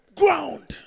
ground